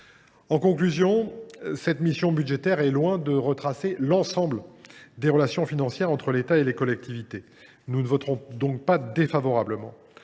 En conclusion, cette mission budgétaire est loin de retracer l’ensemble des relations financières entre l’État et les collectivités locales. Nous ne voterons donc pas défavorablement